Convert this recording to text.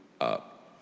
up